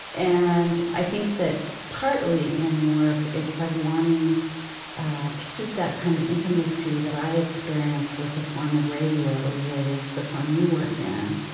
and i think that partly in work, it's like wanting to keep that kind of intimacy that i experience with a form of radio that is the form you work in.